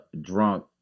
Drunk